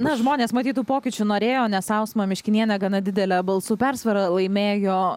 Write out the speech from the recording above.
na žmonės matyt tų pokyčių norėjo nes ausma miškinienė gana didele balsų persvara laimėjo